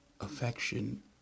affection